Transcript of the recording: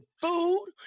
food